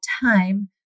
time